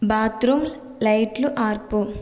bathroom లైట్లు ఆర్పు